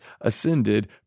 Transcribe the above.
ascended